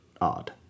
odd